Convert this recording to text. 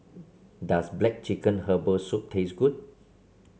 does black chicken Herbal Soup taste good